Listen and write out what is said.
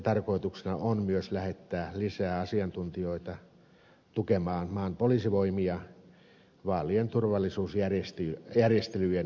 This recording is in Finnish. tarkoituksena on myös lähettää lisää asiantuntijoita tukemaan maan poliisivoimia vaalien turvallisuusjärjestelyjen suunnittelussa